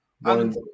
One